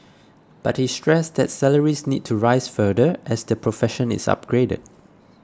but he stressed that salaries need to rise further as the profession is upgraded